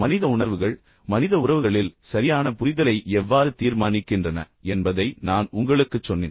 மனித உணர்வுகள் மனித உறவுகளில் சரியான புரிதலை எவ்வாறு தீர்மானிக்கின்றன என்பதை நான் உங்களுக்குச் சொன்னேன்